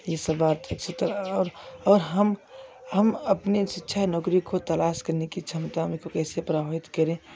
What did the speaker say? इस बात अच्छी तरह और हम हम अपने शिक्षा नौकरी को तलाश करने की क्षमता में को कैसे प्रभावित करें